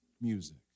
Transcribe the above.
music